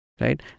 right